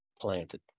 planted